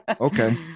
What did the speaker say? Okay